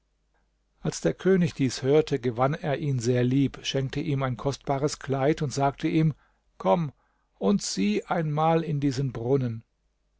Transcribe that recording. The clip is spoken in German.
als der könig dies hörte gewann er ihn sehr lieb schenkte ihm ein kostbares kleid und sagte ihm komm und sieh einmal in diesen brunnen